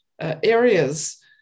areas